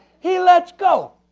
he lets go.